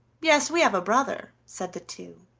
yes, we have a brother, said the two,